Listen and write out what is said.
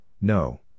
no